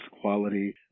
quality